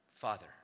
Father